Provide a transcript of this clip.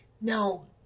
Now